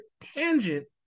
tangent